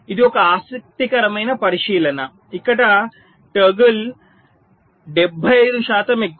ఇది ఒక ఆసక్తికరమైన పరిశీలన ఇక్కడ టోగుల్ 75 శాతం ఎక్కువ